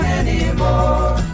anymore